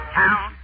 town